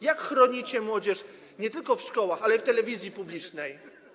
Jak chronicie młodzież nie tylko w szkołach, ale i w telewizji publicznej?